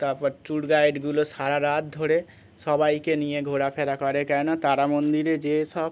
তারপর ট্যুর গাইডগুলো সারা রাত ধরে সবাইকে নিয়ে ঘোরাফেরা করে কেননা তারা মন্দিরে যেসব